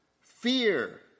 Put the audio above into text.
Fear